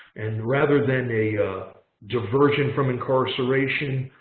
and rather than a diversion from incarceration,